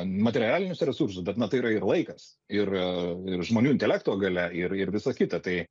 materialinius resursus bet na tai yra ir laikas ir ir žmonių intelekto galia ir ir visa kita tai